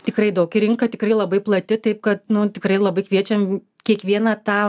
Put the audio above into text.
tikrai daug ir rinka tikrai labai plati taip kad nu tikrai labai kviečiam kiekvieną tą